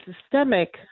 systemic